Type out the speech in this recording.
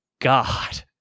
God